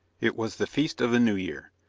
it was the feast of the new year,